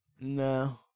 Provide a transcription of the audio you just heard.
No